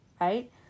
right